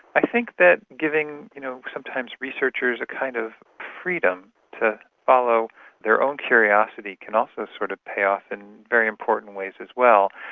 i think that giving you know sometimes researchers a kind of freedom to follow their own curiosity can also sort of pay off in very important ways as well.